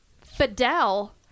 Fidel